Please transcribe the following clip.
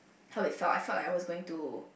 how it felt I felt that I was going to